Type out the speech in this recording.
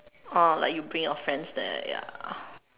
ah like you bring your friends there ya